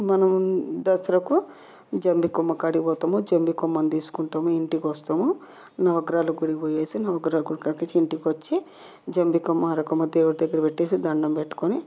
మనం దసరాకు జమ్మి కొమ్మ కాడికి పోతాము జమ్మి కొమ్మను తీసుకొని ఇంటికి వస్తాము నవగ్రహాల గుడికి పోయేసి నవగ్రహాల కాడ నుంచి ఇంటికి వచ్చి జమ్మి కొమ్మ అరకొమ్మ దేవుని దగ్గర పెట్టేసి దండం పెట్టుకొని